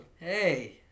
Hey